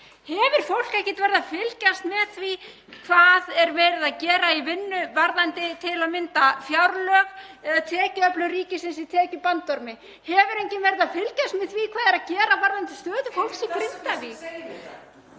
Hefur fólk ekki verið að fylgjast með því hvað er verið að gera í vinnu varðandi til að mynda fjárlög eða tekjuöflun ríkisins í tekjubandormi? Hefur enginn verið að fylgjast með því hvað er verið að gera varðandi stöðu fólks í Grindavík?